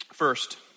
First